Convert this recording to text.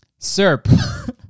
Serp